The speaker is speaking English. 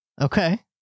Okay